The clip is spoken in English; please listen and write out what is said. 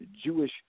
Jewish